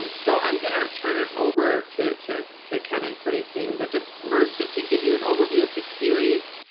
um so i'm going to turn it over to to kevin pretty soon. but just first it to give you an overview of the series.